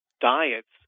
diets